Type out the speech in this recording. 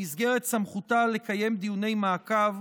במסגרת סמכותה לקיים דיוני מעקב,